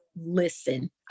listen